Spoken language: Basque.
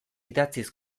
idatziz